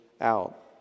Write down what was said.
out